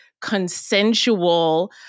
consensual